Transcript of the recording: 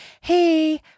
hey